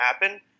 happen